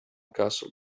castle